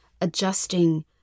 adjusting